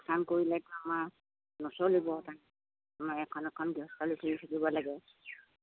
কাম কৰিলেতো আমাৰ নচলিব তাৰ এখন এখন থাকিব লাগে